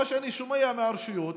ממה שאני שומע מהרשויות,